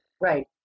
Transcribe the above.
right